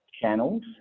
channels